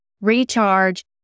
recharge